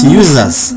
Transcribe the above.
users